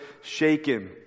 shaken